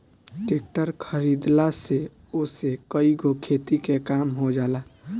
tractor खरीदला से ओसे कईगो खेती के काम हो जाला